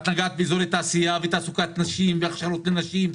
את נגעת באזורי תעשייה ותעסוקת נשים והכשרות לנשים.